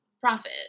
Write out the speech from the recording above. profit